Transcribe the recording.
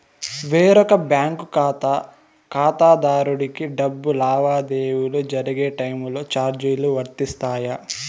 వేరొక బ్యాంకు ఖాతా ఖాతాదారునికి డబ్బు లావాదేవీలు జరిగే టైములో చార్జీలు వర్తిస్తాయా?